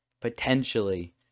Potentially